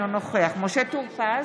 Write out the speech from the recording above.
אינו נוכח משה טור פז,